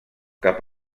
cap